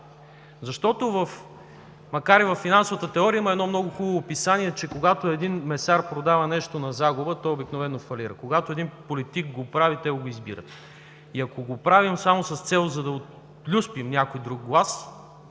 какви сме. Във финансовата теория има едно много хубаво описание, че когато един месар продава нещо на загуба, той обикновено фалира. Когато един политик го прави, него го избират. И ако го правим само с цел за да отлюспим някой друг глас,